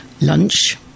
lunch